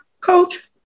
coach